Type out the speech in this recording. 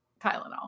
Tylenol